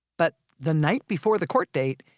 but the night before the court date,